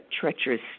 treacherous